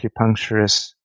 acupuncturist